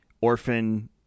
orphan